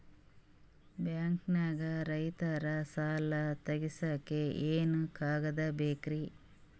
ಬ್ಯಾಂಕ್ದಾಗ ರೈತರ ಸಾಲ ತಗ್ಸಕ್ಕೆ ಏನೇನ್ ಕಾಗ್ದ ಬೇಕ್ರಿ?